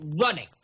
running